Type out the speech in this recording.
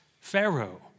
Pharaoh